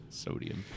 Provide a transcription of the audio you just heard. sodium